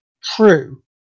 true